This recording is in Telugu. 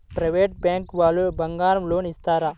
ప్రైవేట్ బ్యాంకు వాళ్ళు బంగారం లోన్ ఇస్తారా?